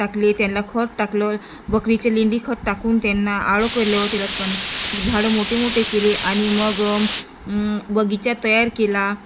टाकले त्यांना खत टाकलं बकरीची लेंडी खत टाकून त्यांना अळं केलं त्यालातपणे झाडं मोठे मोठे केले आणि मग बगीचा तयार केला